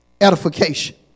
edification